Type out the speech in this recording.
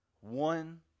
One